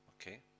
Okay